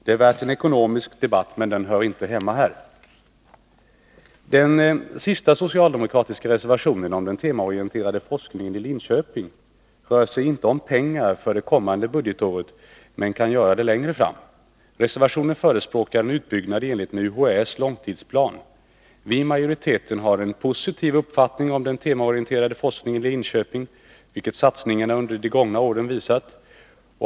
Det är värt en ekonomisk debatt, men den hör inte hemma här. Den sista socialdemokratiska reservationen, om den temaorienterade forskningen i Linköping, rör sig inte om pengar för det kommande budgetåret men kan göra det längre fram. Reservationen förespråkar en utbyggnad i enlighet med UHÄ:s långtidsplan. Vii majoriteten har en positiv uppfattning om den temaorienterade forskningen i Linköping, vilket satsningarna under de gångna åren visat.